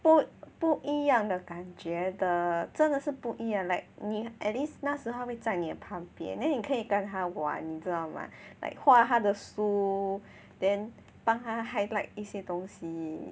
不不一样的感觉的真的是不一样 like 你 at least 那时他会在你的旁边 then 你可以跟他玩你知道吗 like 画他的书 then 帮他 highlight 一些东西